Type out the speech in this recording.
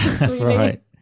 right